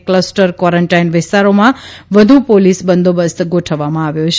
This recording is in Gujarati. ક્લસ્ટર ક્વોરન્ટાઇન વિસ્તારોમાં વધુ પોલીસ બંદોબસ્ત ગોઠવવામાં આવ્યો છે